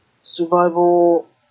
survival